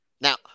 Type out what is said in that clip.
Now